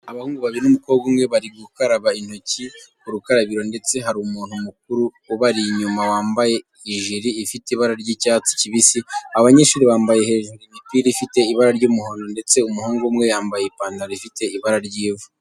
Abahungu babiri n'umukobwa umwe bari gukaraba intoki ku rukarabiro ndetse hari umuntu mukuru ubari inyuma wambaje ijiri ifite ibara ry'icyatsi kibisi. Aba banyeshuri bambaye hejuru imipira ifite ibara ry'umuhondo ndetse umuhungu umwe yambaye ipantaro ifite ibara ry'ivu.